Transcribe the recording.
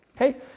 Okay